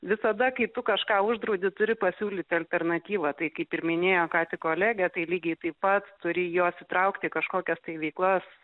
visada kai tu kažką uždraudi turi pasiūlyt alternatyvą tai kaip ir minėjo ką tik kolegė tai lygiai taip pat turi juos įtraukti į kažkokias tai veiklas